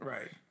Right